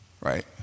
Right